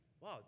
wow